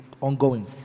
ongoing